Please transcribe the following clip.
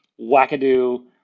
wackadoo